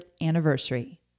anniversary